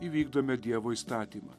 įvykdome dievo įstatymą